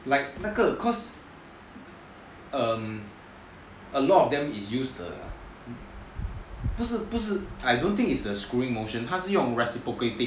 like 那个 cause um a lot of them is use the I don't think is use the screwing motion 他是用 reciprocating